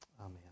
amen